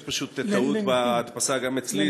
יש פשוט טעות בהדפסה גם אצלי,